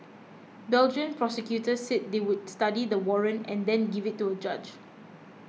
Belgian prosecutors said they would study the warrant and then give it to a judge